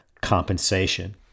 compensation